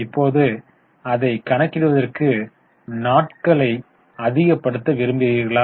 இப்போது அதை கணக்கிடுவதற்கு நாட்கள் அதிகப்படுத்த விரும்புகிறீர்களா